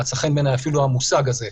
מצא חן בעיניי אפילו המושג הזה.